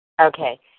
Okay